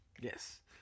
Yes